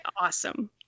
awesome